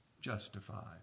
justified